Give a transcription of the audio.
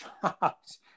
shocked